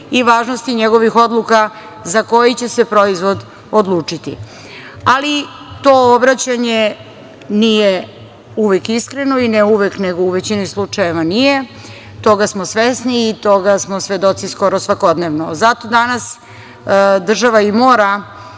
i važnosti njegovih odluka za koji će se proizvod odlučiti. Ali, to obraćanje nije uvek iskreno, ne uvek, nego u većini slučajeva nije, toga smo svesni i toga smo svedoci skoro svakodnevno. Zato danas država i mora